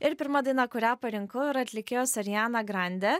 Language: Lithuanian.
ir pirma daina kurią parinkau yra atlikėjos ariana grande